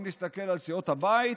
אם נסתכל על סיעות הבית,